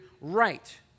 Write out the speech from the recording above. right